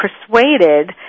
persuaded